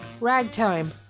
ragtime